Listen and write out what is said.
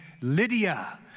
Lydia